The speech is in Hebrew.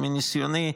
מניסיוני,